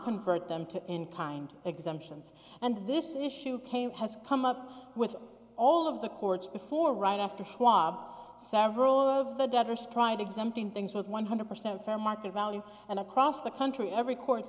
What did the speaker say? convert them to in kind exemptions and this issue came has come up with all of the courts before right after schwab several of the doctors tried exempting things was one hundred percent from market value and across the country every court